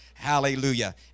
Hallelujah